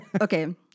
Okay